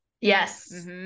Yes